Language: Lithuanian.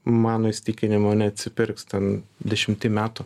mano įsitikinimu neatsipirks ten dešimtį metų